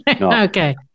Okay